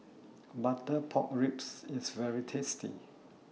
Butter Pork Ribs IS very tasty